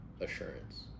assurance